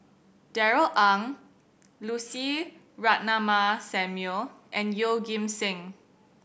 Darrell Ang Lucy Ratnammah Samuel and Yeoh Ghim Seng